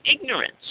ignorance